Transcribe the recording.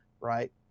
right